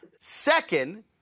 Second